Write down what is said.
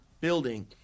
building